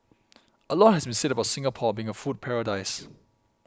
a lot has been said about Singapore being a food paradise